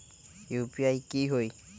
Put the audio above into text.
UPI की होई?